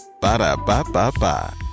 Ba-da-ba-ba-ba